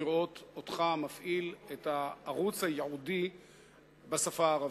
לראות אותך מפעיל את הערוץ הייעודי בשפה הערבית.